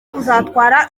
kuzatwara